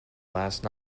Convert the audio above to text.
last